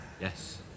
Yes